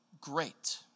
great